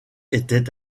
était